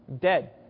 Dead